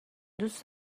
دوست